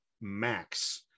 Max